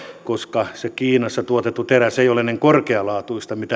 koska se kiinassa tuotettu teräs ei ole niin korkealaatuista kuin mitä torniossa